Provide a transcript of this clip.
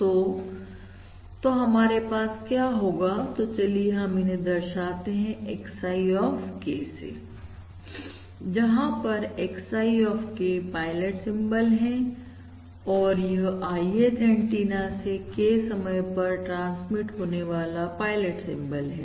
तो तो हमारे पास क्या होगा तो चलिए हम इन्हें दर्शाते हैं XI ऑफ K से जहां पर XI of K pilot symbol है और यह Ith एंटीना से K समय पर ट्रांसमिट होने वाला पायलट सिंबल है